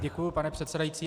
Děkuju, pane předsedající.